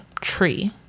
tree